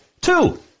Two